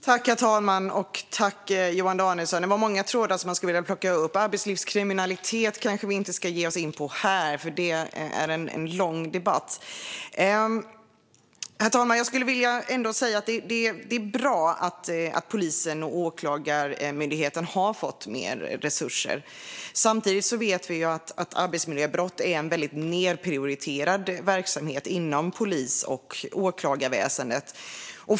Herr talman! Här fanns många trådar att plocka upp, men arbetslivskriminaliteten ska vi kanske inte ge oss in på nu eftersom det kräver en lång debatt. Herr talman! Det är bra att Polismyndigheten och Åklagarmyndigheten har fått mer resurser. Samtidigt vet vi att arbetsmiljöbrott är en nedprioriterad verksamhet inom polis och åklagarväsen.